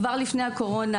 כבר לפני הקורונה,